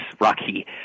Rocky